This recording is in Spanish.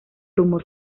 rumor